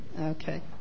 okay